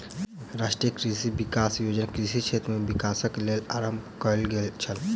राष्ट्रीय कृषि विकास योजना कृषि क्षेत्र में विकासक लेल आरम्भ कयल गेल छल